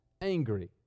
angry